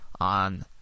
on